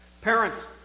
Parents